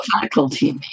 faculty